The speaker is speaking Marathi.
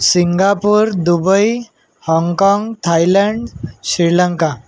सिंगापूर दुबई हाँगकाँग थायलंड श्रीलंका